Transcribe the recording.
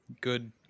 good